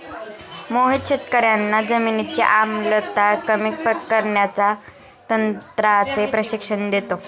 मोहित शेतकर्यांना जमिनीची आम्लता कमी करण्याच्या तंत्राचे प्रशिक्षण देतो